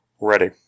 Ready